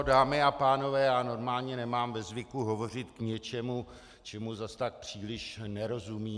Dámy a pánové, já normálně nemám ve zvyku hovořit k něčemu, čemu zas tak příliš nerozumím.